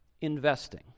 Investing